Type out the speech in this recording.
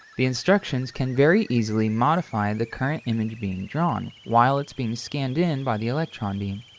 the instructions can very easily modify and the current image being drawn, while it's being scanned in by the electron beam.